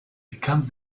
becomes